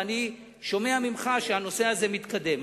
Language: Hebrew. ואני שומע ממך שהנושא הזה מתקדם.